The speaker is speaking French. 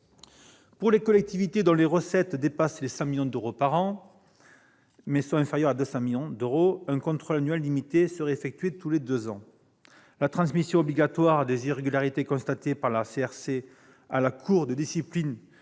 Pour les collectivités territoriales dont les recettes sont supérieures à 100 millions d'euros par an, mais inférieures à 200 millions d'euros par an, un contrôle annuel limité serait effectué tous les deux ans. La transmission obligatoire des irrégularités constatées par la CRC à la Cour de discipline